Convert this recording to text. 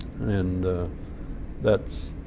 and that's